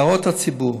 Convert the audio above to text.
להערות הציבור.